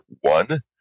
one